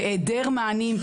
בהעדר מענים,